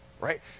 right